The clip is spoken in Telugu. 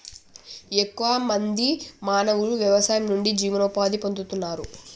ఎక్కువ మంది మానవులు వ్యవసాయం నుండి జీవనోపాధి పొందుతున్నారు